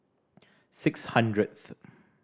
six hundredth